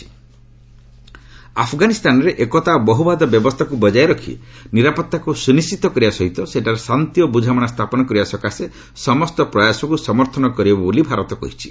India Afghanistan ଆଫଗାନିସ୍ତାନରେ ଏକତା ଓ ବହୁବାଦ ବ୍ୟବସ୍ଥାକୁ ବଜାୟ ରଖି ନିରାପତ୍ତାକୁ ସୁନିଣ୍ଟିତ କରିବା ସହିତ ସେଠାରେ ଶାନ୍ତି ଓ ବୁଝାମଣା ସ୍ଥାପନ କରିବା ସକାଶେ ସମସ୍ତ ପ୍ରୟାସକୁ ସମର୍ଥନ କରିବ ବୋଲି ଭାରତ କହିଛି